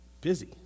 Busy